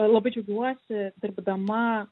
labai džiaugiuosi dirbdama